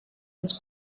ens